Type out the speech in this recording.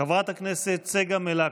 חברת הכנסת צגה מלקו,